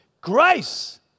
grace